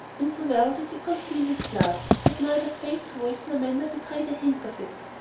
and so well did he conceal his love, that neither face, voice, nor manner betrayed a hint of it.